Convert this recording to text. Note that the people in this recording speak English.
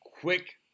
quick